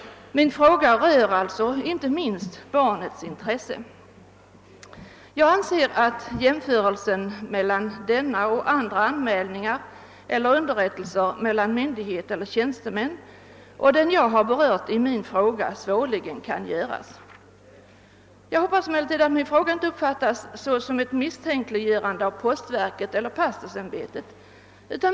Min interpellation berör alltså inte minst barnets intresse. Jag anser att jämförelser med andra former av anmälningar och underrättelser mellan myndigheter och tjänstemän och de jag tagit upp i min inter pellation svårligen kan göras. Jag hoppas emellertid att min fråga inte uppfattas såsom ett misstänkliggörande av postverket eller av pastorsämbetena.